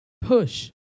Push